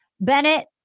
Bennett